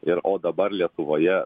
ir o dabar lietuvoje